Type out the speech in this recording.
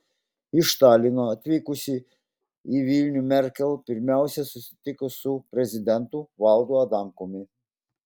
iš talino atvykusi į vilnių merkel pirmiausia susitiko su prezidentu valdu adamkumi